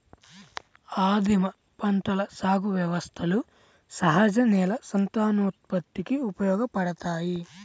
ఆదిమ పంటల సాగు వ్యవస్థలు సహజ నేల సంతానోత్పత్తికి ఉపయోగపడతాయి